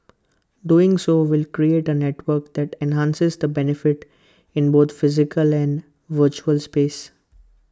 doing so will create A network that enhances the benefits in both physical and virtual space